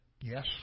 Yes